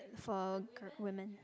for a women